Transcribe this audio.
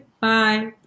Bye